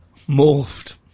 morphed